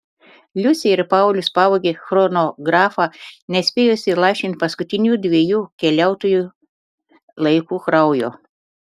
liusė ir paulius pavogė chronografą nespėjus įlašinti paskutinių dviejų keliautojų laiku kraujo